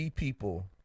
People